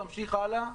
תמשיך הלאה,